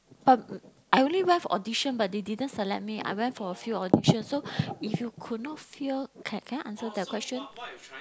but I only went for audition but they didn't select me I went for a few audition so if you could not fear can can I answer that question